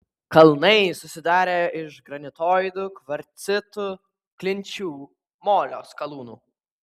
kalnai susidarę iš granitoidų kvarcitų klinčių molio skalūnų